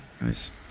Nice